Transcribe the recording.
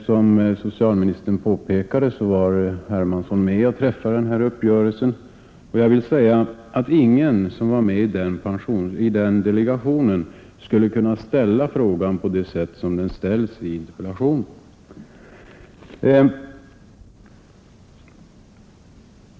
Som socialministern påpekade var herr Hermansson med och träffade den här uppgörelsen, och jag vill säga, att ingen som var med i den delegationen skulle ha kunnat ställa frågan på det sätt som den ställs i interpellationen.